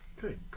Good